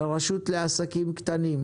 לרשות לעסקים קטנים,